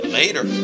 Later